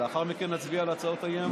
ולאחר מכן נצביע על הצעות האי-אמון?